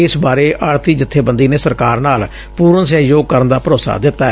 ਇਸ ਬਾਰੇ ਆੜਤੀ ਜਬੇਬੰਦੀ ਨੇ ਸਰਕਾਰ ਨਾਲ ਪੁਰਨ ਸਹਿਯੋਗ ਕਰਨ ਦਾ ਭਰੋਸਾ ਦਿੱਤੈ